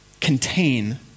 contain